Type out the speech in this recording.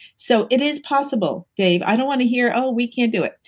so it is possible, dave. i don't wanna hear, oh, we can't do it.